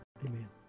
Amen